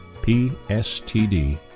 PSTD